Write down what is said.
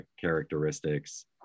characteristics